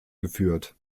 geführt